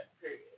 Period